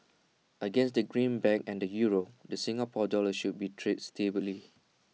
against the greenback and the euro the Singapore dollar should be trade stably